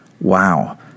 Wow